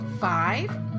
five